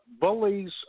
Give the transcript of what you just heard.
bullies